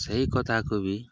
ସେହି କଥାକୁ ବି